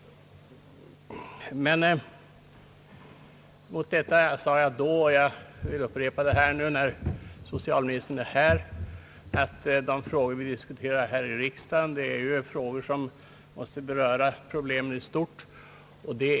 Gentemot detta sade jag då — och jag vill upprepa det nu när socialministern är närvarande — att de frågor som vi diskuterar i riksdagen är frågor som berör problemen i stort.